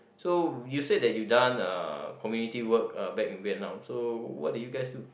so you said that you done uh community work uh back in Vietnam so what did you guys do